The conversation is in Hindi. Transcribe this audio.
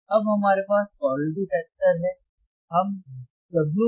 अब हमारे पास क्वालिटी फैक्टर है हम W Bandwidths द्वारा fC पा सकते हैं जिसे हम जानते हैं